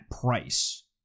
price